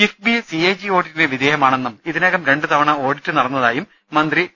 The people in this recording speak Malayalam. കിഫ്ബി സി എ ജി ഓഡിറ്റിനു വിധേയമാണെന്നും ഇതിനകം രണ്ടു തവണ ഓഡിറ്റ് നടന്നതായും മന്ത്രി ഡോ